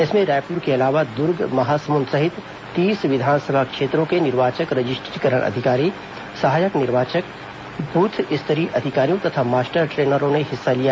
इसमें रायपुर के अलावा दुर्ग महासमुंद सहित तीस विधानसभा क्षेत्रों के निर्वाचक रजिस्ट्रीकरण अधिकारी सहायक निर्वाचक बूथ स्तरीय अधिकारियों तथा मास्टर ट्रेनरों ने हिस्सा लिया